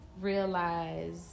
realize